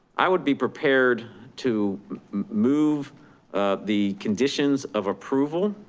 i would be prepared to move the conditions of approval